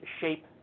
shape